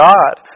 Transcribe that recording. God